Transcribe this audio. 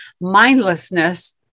mindlessness